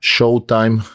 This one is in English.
Showtime